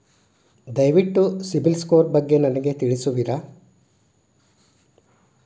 ದಯವಿಟ್ಟು ಸಿಬಿಲ್ ಸ್ಕೋರ್ ಬಗ್ಗೆ ನನಗೆ ತಿಳಿಸುವಿರಾ?